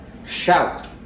Shout